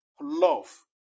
love